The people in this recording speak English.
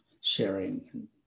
sharing